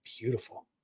Beautiful